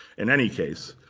in any case,